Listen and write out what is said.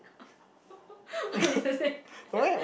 or it's the same